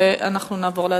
ונעבור להצבעה.